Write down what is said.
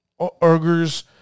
Urgers